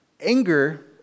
Anger